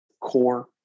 core